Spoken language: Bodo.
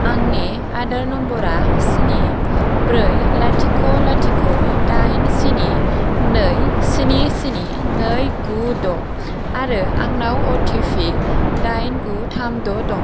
आंनि आदार नम्बरा स्नि ब्रै लाथिख' लाथिख' दाइन स्नि नै स्नि स्नि नै गु द' आरो आंनाव अटिपि दाइन गु थाम द' दं